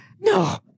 No